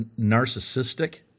narcissistic